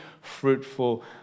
fruitful